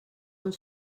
uns